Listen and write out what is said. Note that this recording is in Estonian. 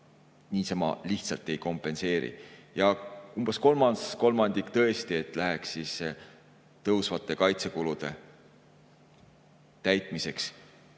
niisama lihtsalt ei kompenseeri. Ja umbes kolmas kolmandik tõesti läheks tõusvate kaitsekulude [katmiseks],